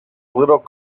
little